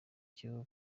cyo